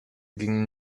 ging